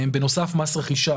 בנוסף, מס הרכישה